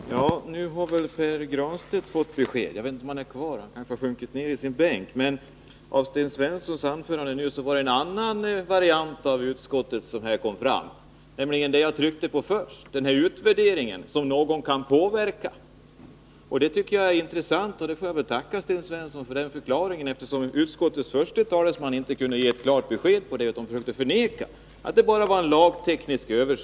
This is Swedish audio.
Herr talman! Nu har väl Pär Granstedt fått besked. Jag vet inte om han är kvar i kammaren. Han har kanske sjunkit ned i sin bänk. I Sten Svenssons anförande fick vi en annan utskottsvariant, nämligen det som jag tryckte på först — utvärderingen som någon kan påverka. Jag tycker att det här var intressant och får väl tacka Sten Svensson för hans förklaring. Utskottets första talesman kunde ju inte ge klart besked utan försökte förneka och säga att det bara gällde en lagteknisk översyn.